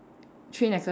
three necklace